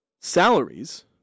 salaries